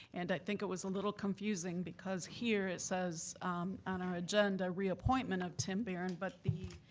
and i think it was a little confusing, because here it says on our agenda, reappointment of tim baron. but the